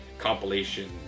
compilation